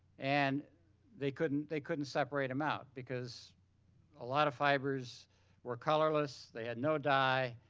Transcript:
and they couldn't they couldn't separate them out because a lot of fibers were colorless, they had no dye,